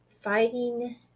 fighting